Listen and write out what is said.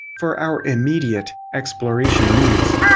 for our immediate exploration needs.